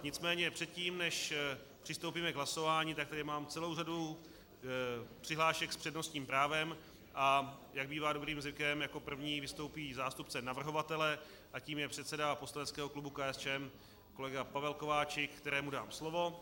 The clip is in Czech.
Nicméně předtím, než přistoupíme k hlasování, mám tady celou řadu přihlášek s přednostním právem, a jak bývá dobrým zvykem, jako první vystoupí zástupce navrhovatele a tím je předseda poslaneckého klubu KSČM kolega Pavel Kováčik, kterému dám slovo.